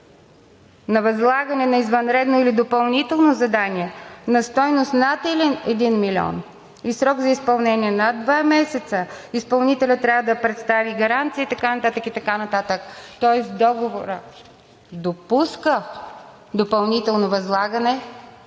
на възлагане на извънредно или допълнително задание на стойност над 1 милион и срок за изпълнение над два месеца, изпълнителят трябва да представи гаранция“ и така нататък, и така нататък. Тоест договорът допуска допълнително възлагане,